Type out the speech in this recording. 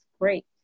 great